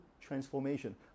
transformation